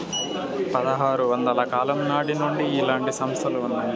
పదహారు వందల కాలం నాటి నుండి ఇలాంటి సంస్థలు ఉన్నాయి